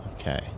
okay